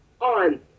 on